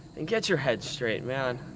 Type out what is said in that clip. and get your head straight, man.